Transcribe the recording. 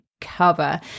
cover